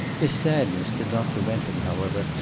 this sadness did not prevent him, however,